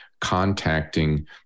contacting